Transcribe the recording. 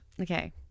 Okay